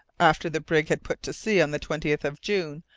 after the brig had put to sea on the twentieth of june,